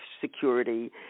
security